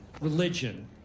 religion